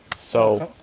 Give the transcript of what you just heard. so.